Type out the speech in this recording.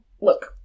Look